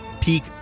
peak